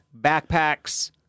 Backpacks